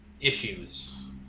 issues